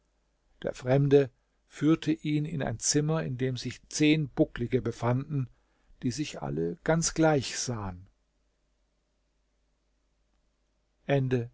der fremde führte ihn in ein zimmer in dem sich zehn bucklige befanden die sich alle ganz gleich sahen